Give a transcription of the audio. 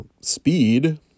speed